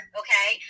okay